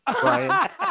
Brian